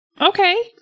Okay